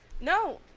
No